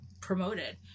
promoted